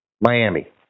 Miami